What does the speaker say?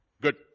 good